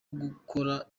gukora